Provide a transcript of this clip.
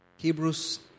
Hebrews